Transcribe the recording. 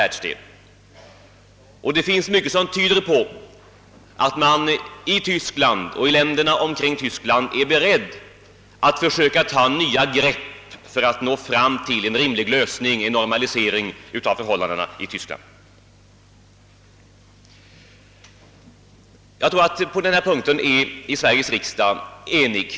Det finns mycket som tyder på att man i Tyskland och länderna där omkring är beredd att försöka ta nya grepp för att nå fram till en rimlig lösning — en normalisering — av förhållandena i Tyskland. Jag tror att Sveriges riksdag på denna punkt är enig.